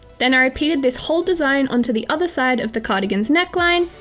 then, i repeated this whole design onto the other side of the cardigan's neckline,